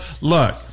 Look